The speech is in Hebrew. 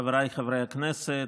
חבריי חברי הכנסת,